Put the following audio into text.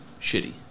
shitty